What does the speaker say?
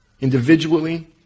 Individually